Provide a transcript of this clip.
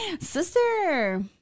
Sister